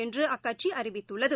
என்றுஅக்கட்சிஅறிவித்துள்ளது